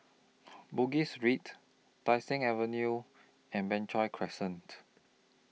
Bugis Street Tai Seng Avenue and Crescent